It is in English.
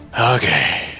Okay